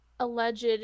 alleged